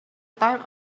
time